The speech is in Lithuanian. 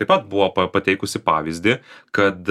taip pat buvo pa pateikusi pavyzdį kad